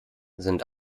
sind